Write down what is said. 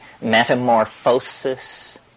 metamorphosis